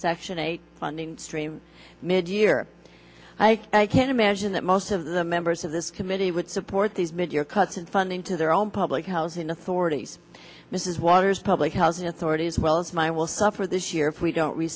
section eight funding stream mid year i can't imagine that most of the members of this committee would support these mid year cuts in funding to their own public housing authorities mrs waters public housing authority as well as my will suffer this year if we don't